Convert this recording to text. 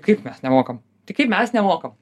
kaip mes nemokam tai kaip mes nemokam